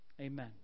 amen